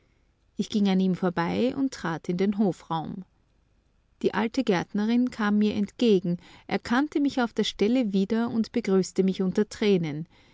ich ging an ihm vorbei und trat in den hofraum die alte gärtnerin kam mir entgegen erkannte mich auf der stelle wieder und begrüßte mich unter tränen